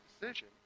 decision